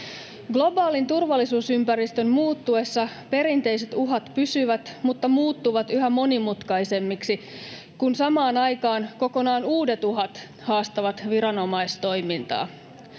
Globaalin turvallisuusympäristön muuttuessa perinteiset uhat pysyvät mutta muuttuvat yhä monimutkaisemmiksi, kun samaan aikaan kokonaan uudet uhat haastavat viranomaistoimintaa.